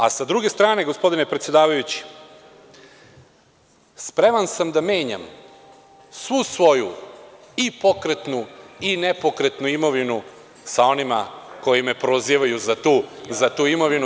A sa druge strane, gospodine predsedavajući, spreman sam da menjam svu svoju i pokretnu i nepokretnu imovinu sa onima koji me prozivaju za tu imovinu.